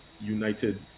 United